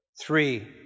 Three